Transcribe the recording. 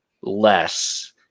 less